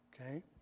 Okay